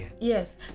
yes